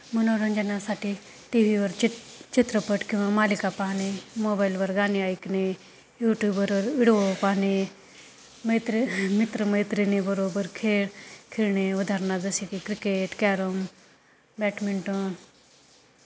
मनोरंजनासाठी टी व्हीवर चित चित्रपट किंवा मालिका पाहणे मोबाईलवर गाणे ऐकणे यूट्यूबवरवर विडिओ पाहणे मैत्र मित्रमैत्रिणीबरोबर खेळ खेळणे उदाहरणार्थ जसे की क्रिकेट कॅरम बॅटमिंटन